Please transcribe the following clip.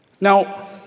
Now